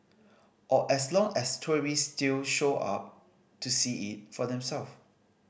or as long as tourist still show up to see it for themselves